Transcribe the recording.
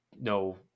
no